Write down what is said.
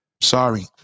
Sorry